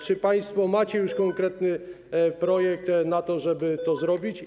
Czy państwo macie już konkretny projekt, żeby to zrobić?